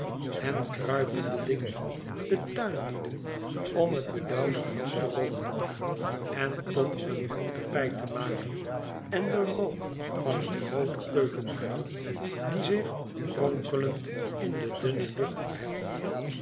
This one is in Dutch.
en kruipende dingen de tuinlieden om het bedauwde gras te rollen en tot een groen tapijt te maken en den rook van het groote keukenvuur die zich kronkelend in de dunne lucht verheft